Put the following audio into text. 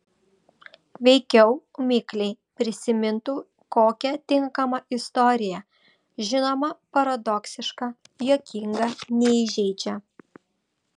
veikiau mikliai prisimintų kokią tinkamą istoriją žinoma paradoksišką juokingą neįžeidžią